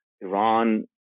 Iran